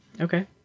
Okay